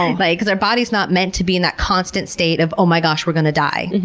and but because our body's not meant to be in that constant state of, oh my gosh, we're going to die.